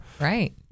Right